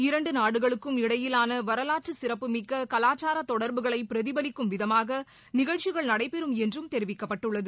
இரண்டு நாடுகளுக்கும் இடையிலான வரலாற்று சிறப்பு மிக்க கலாச்சார தொடர்புகளை பிரதிபலிக்கும் விதமாக நிகழ்ச்சிகள் நடைபெறும் என்றும் தெரிவிக்கப்பட்டுள்ளது